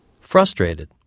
Frustrated